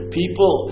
people